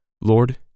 Lord